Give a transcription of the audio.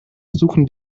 suchen